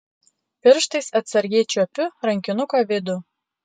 pirštais atsargiai čiuopiu rankinuko vidų